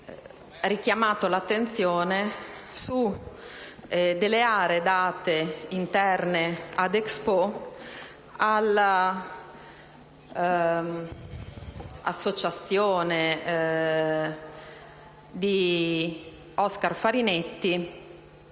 richiamato l'attenzione su alcune aree interne ad Expo date all'associazione di Oscar Farinetti